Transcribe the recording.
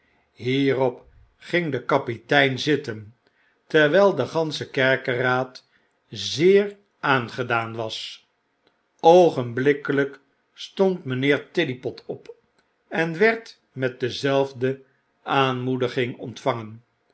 hierop ging de kapitein zitten terwyl de gansche kerkeraad zeeraangedaan was oogenblikkelyk stond mynheer tiddypot op en werd met dezelfde aanmoediging ontvangen